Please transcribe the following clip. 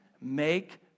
make